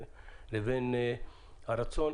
לבין הרצון,